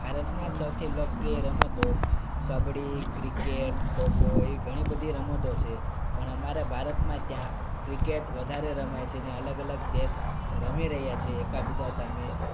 ભારતમાં સૌથી લોકપ્રિય રમતો કબડ્ડી ક્રિકેટ ખોખો એવી ઘણી બધી રમતો છે પણ અમારે ભારતમાં ત્યાં ક્રિકેટ વધારે રમાય છે ને અલગ અલગ દેશ રમી રહ્યા છે એકબીજા સામે